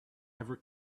ever